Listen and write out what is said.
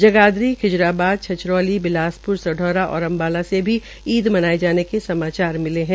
जगाधरी खिजराबाद छछरौली बिलासप्र सढौरा और अम्बाला से ईद मनाये जाने के समाचार मिले है